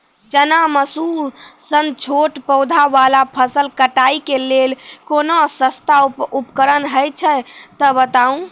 चना, मसूर सन छोट पौधा वाला फसल कटाई के लेल कूनू सस्ता उपकरण हे छै तऽ बताऊ?